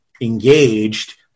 engaged